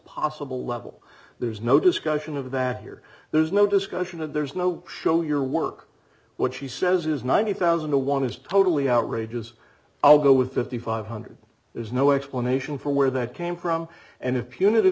possible level there's no discussion of that here there's no discussion of there's no show your work what she says is ninety thousand to one is totally outrageous i'll go with five thousand five hundred there's no explanation for where that came from and